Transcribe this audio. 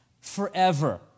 forever